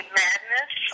madness